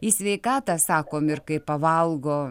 į sveikatą sakom ir kai pavalgo